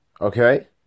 Okay